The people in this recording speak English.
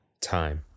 time